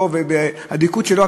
כשהוא הגיע לפה,